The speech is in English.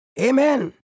Amen